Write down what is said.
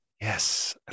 Yes